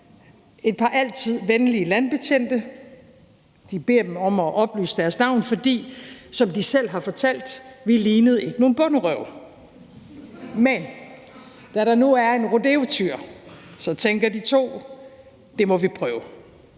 et par altid venlige landbetjente. De beder dem om at oplyse deres navn, fordi, som de selv har fortalt: vi lignede ikke nogle bonderøve. Men da der nu er en rodeotyr, tænker de to: Det må vi prøve.